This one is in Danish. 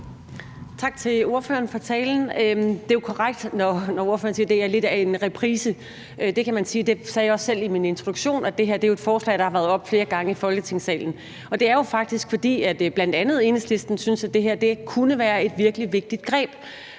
Tak til ordføreren for talen. Det er jo korrekt, når ordføreren siger, at det her er lidt af en reprise, og det sagde jeg også selv i min introduktion. Det her er jo et forslag, der har været oppe flere gange i Folketingssalen, og det er faktisk, fordi bl.a. Enhedslisten synes, at det her kunne være et virkelig vigtigt greb,